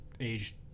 age